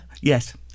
Yes